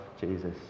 Jesus